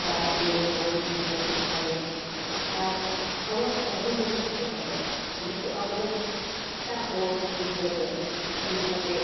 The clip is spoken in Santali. ᱪᱟᱣᱞᱮ ᱵᱚᱱ ᱡᱚᱢᱮᱜᱼᱟ ᱛᱟᱦᱮᱸ ᱟᱨ ᱟᱵᱚᱣᱟᱜ ᱥᱟᱹᱫᱷᱤᱱ ᱨᱮᱵᱚᱱ ᱛᱟᱦᱮᱸ ᱠᱟᱱᱟ ᱟᱨ ᱱᱤᱛᱚᱜ ᱟᱵᱚ ᱮᱴᱟᱜ ᱦᱚᱲ ᱵᱷᱤᱛᱟᱹᱨ ᱨᱮ ᱠᱟᱹᱢᱤ ᱠᱟᱛᱮ